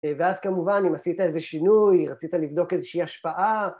ואז כמובן אם עשית איזה שינוי, רצית לבדוק איזושהי השפעה